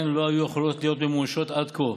לא היו יכולות להיות ממומשות עד כה.